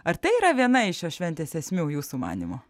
ar tai yra viena iš šios šventės esmių jūsų manymu